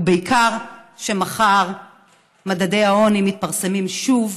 בעיקר כשמחר מדדי העוני מתפרסמים שוב,